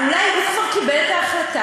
אבל אולי הוא כבר קיבל את ההחלטה,